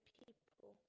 people